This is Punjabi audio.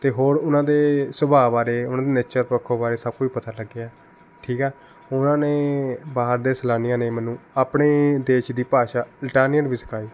ਅਤੇ ਹੋਰ ਉਨ੍ਹਾਂ ਦੇ ਸੁਭਾਅ ਬਾਰੇ ਉਨ੍ਹਾਂ ਦੇ ਨੇਚਰ ਪੱਖੋਂ ਬਾਰੇ ਸਭ ਕੁਛ ਪਤਾ ਲੱਗ ਗਿਆ ਠੀਕ ਹੈ ਉਨ੍ਹਾਂ ਨੇ ਬਾਹਰ ਦੇ ਸੈਲਾਨੀਆਂ ਨੇ ਮੈਨੂੰ ਆਪਣੇ ਦੇਸ਼ ਦੀ ਭਾਸ਼ਾ ਇਟਾਲੀਅਨ ਵੀ ਸਿਖਾਈ